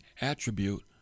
attribute